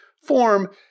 form –